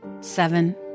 seven